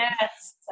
Yes